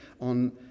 on